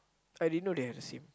I didn't know they have the same